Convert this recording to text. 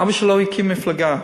אבא שלו הקים מפלגה.